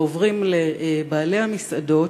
ועוברים לבעלי המסעדות,